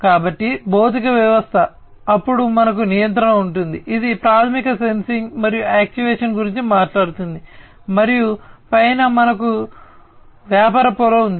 కాబట్టి భౌతిక వ్యవస్థ అప్పుడు మనకు నియంత్రణ ఉంది ఇది ప్రాథమికంగా సెన్సింగ్ మరియు యాక్చుయేషన్ గురించి మాట్లాడుతుంది మరియు పైన మనకు వ్యాపార పొర ఉంది